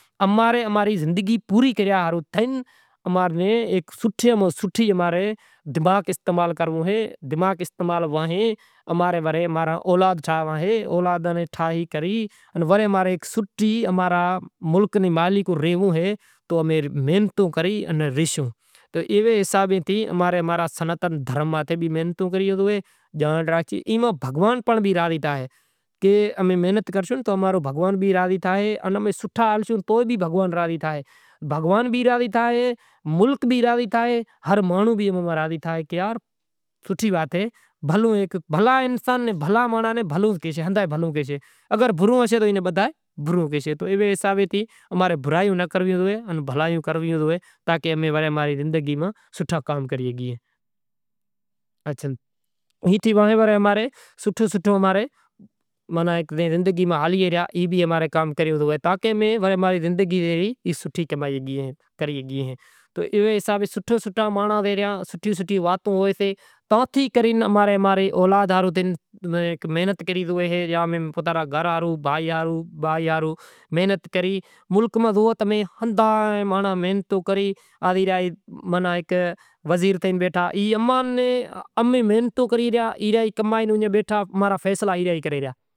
اماں رے زندگی پوری کریا ہاروں سوٹھی ماں سوٹھی دماغ استعمال کرنڑو اے۔ پانڑی وری برتن میں راکھو وری روٹلا گھڑو وری سوکرا اشکول زائیں تو ناشتو کرے۔ واٹرے زایاں کوئی سہیلی آوے تو کچہری کرنڑ مٹی زاواں، کوئی ٹی وی بھی زوئاں، کوئی موبائیل سے تو تھوڑا گھنڑا ٹیم پاس کراں، رات پڑے تو وڑی ہوئی راں، واٹرے زائے لگڑاں بگڑاں دھوئاں، وری آوے تو استری کرے بھیکاں، ور شاگ کراں پٹاٹاں نو وری کوئی ڈونگری واڈھاں، وری پٹاٹا ناکھاں، مرساں ناکھاں کوئی مشالو وری ڈاکھیں ناکھاں وری روٹلا گھڑے سوکراں نیں ہالاں سوکراں کھائی راں کوئی آدمی آوے تو ایئے ناں چانہیں پانڑی ہالاں دہاڑو اوگے تو وڑی اوٹھاں وڑے مزوری زاواں کوئی شہر بھی زائاں وری ایئں پسند آوے تو ہاڑہی کوئی منگل سوتر سے کوئی ٹیلڑ سے او لئی آواں۔